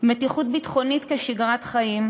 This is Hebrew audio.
ומתיחות ביטחונית כשגרת חיים,